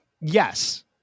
Yes